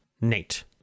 Nate